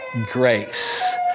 grace